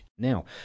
Now